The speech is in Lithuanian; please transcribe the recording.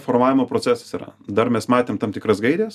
formavimo procesas yra dar mes matėm tam tikras gaires